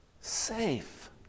safe